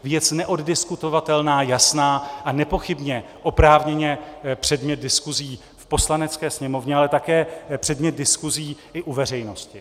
Věc neoddiskutovatelná, jasná a nepochybně oprávněně předmět diskusí v Poslanecké sněmovně, ale také předmět diskusí i u veřejnosti.